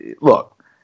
look